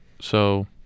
so-